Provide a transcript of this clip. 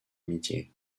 amitié